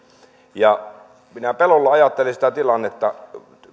ja minä pelolla ajattelen sitä tilannetta